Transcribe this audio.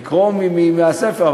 לקרוא מהספר.